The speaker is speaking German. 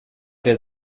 der